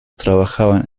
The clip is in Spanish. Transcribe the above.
trabajaban